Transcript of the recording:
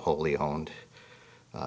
wholly owned